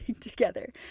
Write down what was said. together